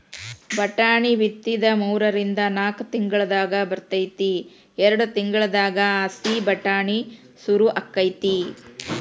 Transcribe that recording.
ವಟಾಣಿ ಬಿತ್ತಿದ ಮೂರಿಂದ ನಾಕ್ ತಿಂಗಳದಾಗ ಬರ್ತೈತಿ ಎರ್ಡ್ ತಿಂಗಳದಾಗ ಹಸಿ ವಟಾಣಿ ಸುರು ಅಕೈತಿ